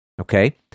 okay